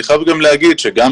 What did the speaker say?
אני חייב גם להגיד שגם